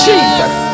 Jesus